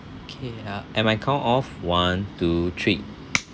okay ah at my count of one two three